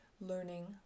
learning